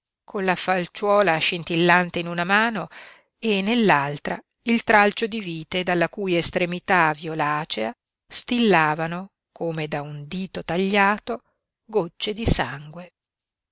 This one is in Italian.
con la falciuola scintillante in una mano e nell'altra il tralcio di vite dalla cui estremità violacea stillavano come da un dito tagliato gocce di sangue